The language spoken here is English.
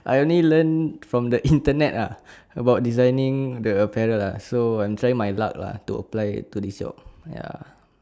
I only learn from the Internet lah about designing the apparel uh so I'm trying my luck lah to apply to this job ya